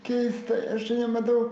keistai aš nematau